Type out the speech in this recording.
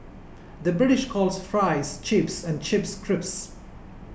the British calls Fries Chips and Chips Crisps